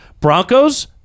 Broncos